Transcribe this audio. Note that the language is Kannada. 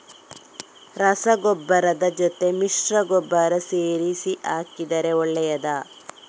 ರಸಗೊಬ್ಬರದ ಜೊತೆ ಮಿಶ್ರ ಗೊಬ್ಬರ ಸೇರಿಸಿ ಹಾಕಿದರೆ ಒಳ್ಳೆಯದಾ?